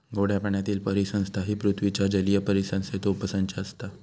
गोड्या पाण्यातीली परिसंस्था ही पृथ्वीच्या जलीय परिसंस्थेचो उपसंच असता